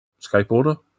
skateboarder